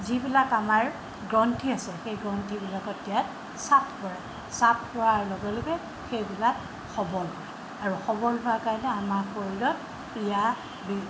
যিবিলাক আমাৰ গ্ৰন্থী আছে সেই গ্ৰন্থীবিলাকত ইয়াত চাপ পৰে চাপ পৰাৰ লগে লগে সেইবিলাক সবল হয় আৰু সৱল হোৱাৰ কাৰণে আমাৰ শৰীৰত পীড়া